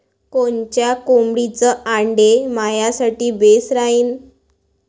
कोनच्या कोंबडीचं आंडे मायासाठी बेस राहीन?